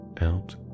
out